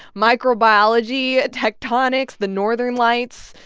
microbiology, ah tectonics, the northern lights.